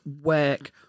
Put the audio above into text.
work